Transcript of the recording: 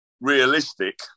Realistic